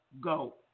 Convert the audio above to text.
go